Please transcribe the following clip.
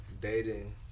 dating